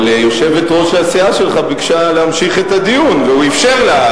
אבל יושבת-ראש הסיעה שלך ביקשה להמשיך את הדיון והוא אפשר לה.